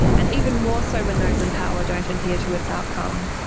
and even more so when those in power don't adhere to its outcome.